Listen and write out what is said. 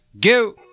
go